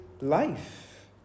life